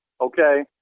okay